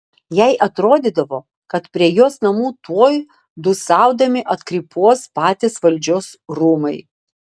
jai atrodydavo kad prie jos namų tuoj dūsaudami atkrypuos patys valdžios rūmai